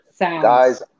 guys